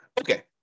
Okay